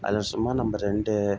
அதில் சும்மா நம்ம ரெண்டு